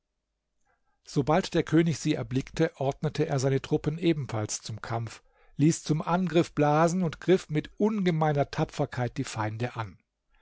sobald der könig sie erblickte ordnete er seine truppen ebenfalls zum kampf ließ zum angriff blasen und griff mit ungemeiner tapferkeit die feinde an